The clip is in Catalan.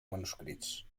manuscrits